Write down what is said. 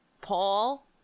Paul